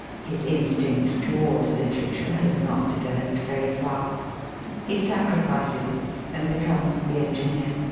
his instinct towards litera ture has not developed very far he sacrifices it and becomes the engineer.